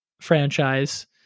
franchise